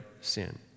sin